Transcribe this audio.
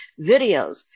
videos